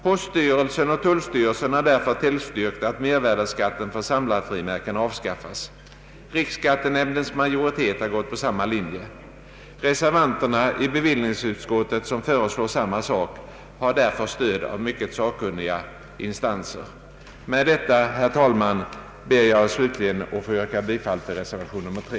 Poststyrelsen och tullstyrelsen har därför tillstyrkt att mervärdeskatten för samlarfrimärken avskaffas. Riksskattenämndens majoritet har gått på samma linje. Reservanterna i bevillningsutskottet, som föreslår samma sak, har därför stöd av mycket sakkunniga instanser. Med detta, herr talman, ber jag slutligen att få yrka bifall till reservation 3.